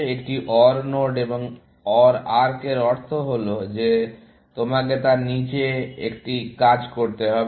একটি OR node এবং OR arc এর অর্থ হল যে তোমাকে তার নীচে একটি কাজ করতে হবে